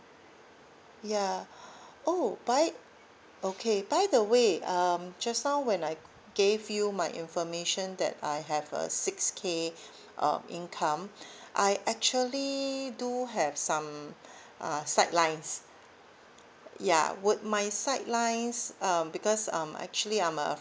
ya oh by okay by the way um just now when I gave you my information that I have a six K um income II actually do have some uh side lines ya would my side lines um because um actually I'm a